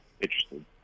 interesting